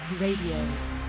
Radio